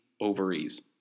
Ovaries